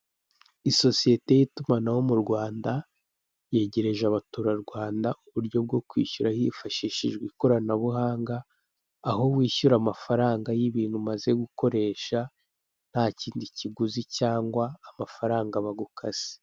Isosiyete y'itumanaho mu Rwanda yagereje abaturarwanda uburyo bwo kwishyura hifashishijwe ikoranabuhanga aho wishyura amafaranga y'ibintu umaze gukoresha ntakindi kiguzi cyangwa amafaranga bagukase.